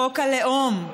חוק הלאום.